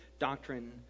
Doctrine